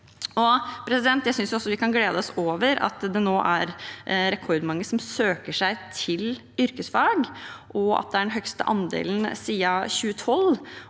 Jeg synes vi kan glede oss over at det nå er rekordmange som søker seg til yrkesfag, at det er den høyeste andelen siden 2012,